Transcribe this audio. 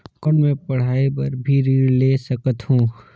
कौन मै पढ़ाई बर भी ऋण ले सकत हो?